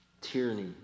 tyranny